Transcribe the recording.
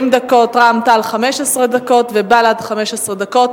20 דקות, לרע"ם-תע"ל, 15 דקות ולבל"ד, 15 דקות.